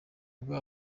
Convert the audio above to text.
bwo